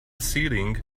ceiling